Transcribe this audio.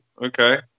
Okay